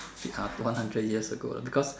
one hundred years ago because